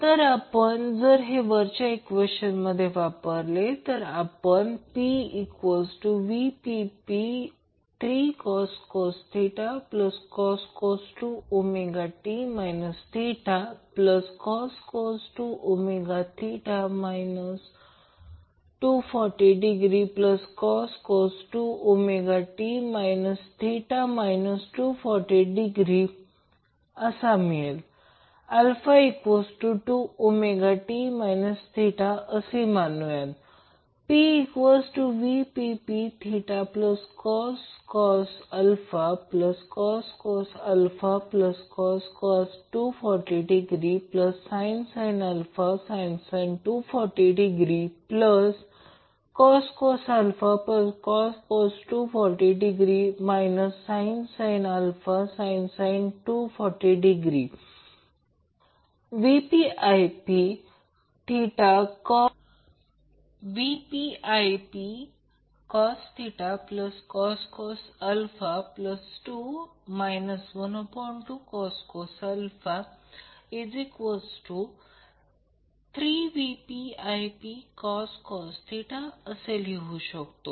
तर आपण जर हे वरच्या इक्वेशन मध्ये वापरले तर आपण pVpIp3cos cos 2ω t θcos 2ωt θ 240°cos 2ω t θ240° α2ωt θ मानूया pVpIp cos cos cos 240° sin sin 240° cos cos 240° sin sin 240° VpIp cos 2 12cos 3VpIpcos असे लिहू शकतो